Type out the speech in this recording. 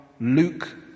Luke